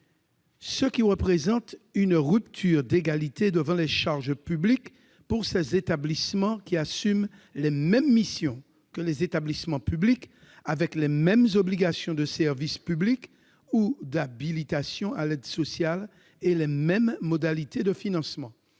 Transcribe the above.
ce qui représente une rupture d'égalité devant les charges publiques pour ces structures, qui assument les mêmes missions que les établissements publics, avec les mêmes obligations de service public ou d'habilitation à l'aide sociale, et les mêmes modalités de financement.